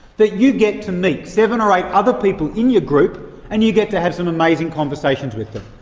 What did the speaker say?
that you get to meet seven or eight other people in your group, and you get to have some amazing conversations with them.